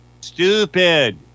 stupid